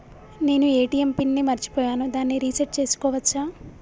నేను ATM pin ని మరచిపోయాను దాన్ని రీ సెట్ చేసుకోవచ్చా?